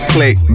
Click